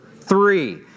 Three